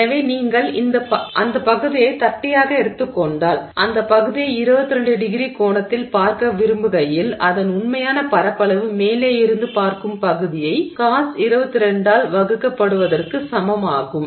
எனவே நீங்கள் அந்த பகுதியை தட்டையாக எடுத்துக் கொண்டால் அந்த பகுதியை 22º கோணத்தில் பார்க்க விரும்புகையில் அதன் உண்மையான பரப்பளவு மேலே இருந்து பார்க்கும் பகுதியை Cos22 ஆல் வகுக்கப்படுவதற்கு சமம் ஆகும்